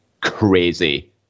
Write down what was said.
crazy